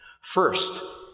First